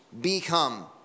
become